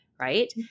Right